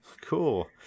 Cool